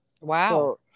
Wow